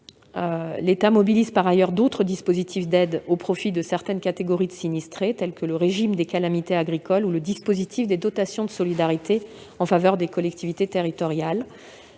L'État mobilise par ailleurs d'autres dispositifs d'aide au profit de certaines catégories de sinistrés, tels que le régime des calamités agricoles ou le dispositif de dotation de solidarité en faveur des collectivités territoriales.